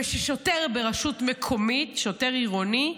וששוטר ברשות מקומית, שוטר עירוני,